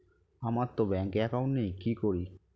আমারতো ব্যাংকে একাউন্ট নেই কি করি?